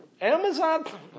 Amazon